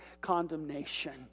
condemnation